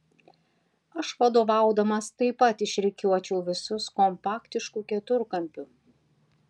aš vadovaudamas taip pat išrikiuočiau visus kompaktišku keturkampiu